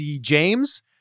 James